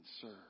serve